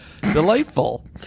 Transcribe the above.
Delightful